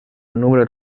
número